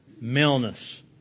maleness